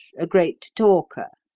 a great talker.